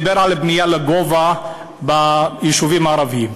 הבנייה לגובה ביישובים הערביים.